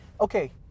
okay